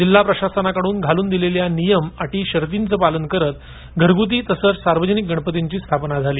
जिल्हा प्रशासनाकडून घालून दिलेल्या नियम अटी शर्तीचं पालन करत घरगूती तसच सार्वजनिक गणपतीची स्थापना करण्यात आली